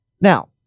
Now